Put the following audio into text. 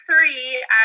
three